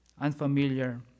unfamiliar